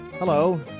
Hello